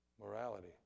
morality